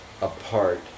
apart